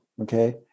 Okay